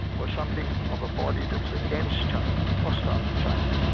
was something of a body that was against china, hostile to china,